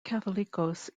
catholicos